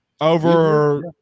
Over